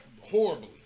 horribly